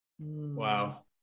Wow